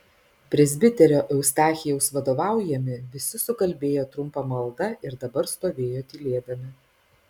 presbiterio eustachijaus vadovaujami visi sukalbėjo trumpą maldą ir dabar stovėjo tylėdami